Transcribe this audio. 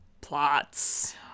plots